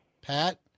Pat